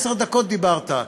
עשר דקות דיברת.